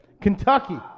Kentucky